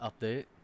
update